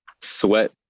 sweat